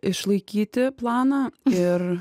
išlaikyti planą ir